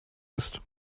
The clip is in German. ist